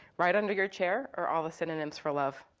right under your chair are all the synonyms for love.